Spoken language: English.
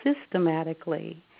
systematically